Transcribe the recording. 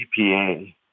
EPA